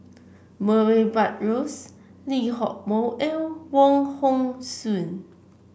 Murray Buttrose Lee Hock Moh and Wong Hong Suen